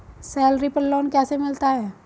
Salary पर loan कैसे मिलता है?